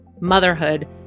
motherhood